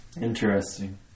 Interesting